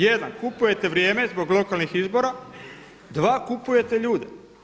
Jedan kupujete vrijeme zbog lokalnih izbora, dva kupujete ljude.